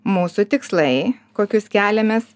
mūsų tikslai kokius keliamės